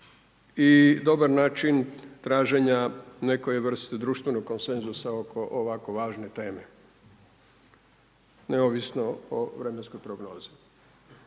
i dobar način traženja nekoje vrste društvenog konsenzusa oko ovako važne teme neovisno o vremenskoj prognozi.